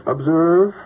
Observe